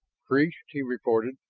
creased, he reported.